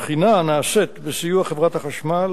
הבחינה נעשית בסיוע חברת חשמל,